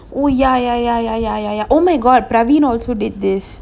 oh ya ya ya ya ya ya ya oh my god ravin also did this